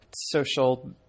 social